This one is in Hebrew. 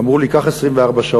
אמרו לי: קח 24 שעות.